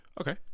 Okay